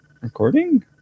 recording